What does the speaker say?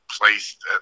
placed